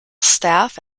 staff